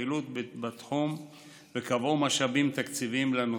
הפעילות בתחום וקבעו משאבים תקציבים לנושא.